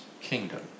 kingdom